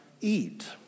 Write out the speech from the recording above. eat